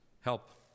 help